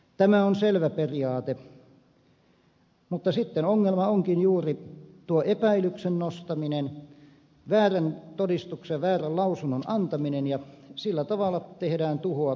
tämä on selvä periaate mutta sitten ongelma onkin juuri tuo epäilyksen nostaminen väärän todistuksen ja väärän lausunnon antaminen ja sillä tavalla tehdään tuhoa kaikkein eniten